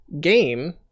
game